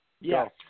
Yes